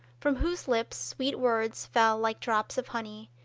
from whose lips sweet words fell like drops of honey,